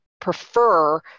prefer